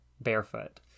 Barefoot